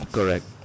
Correct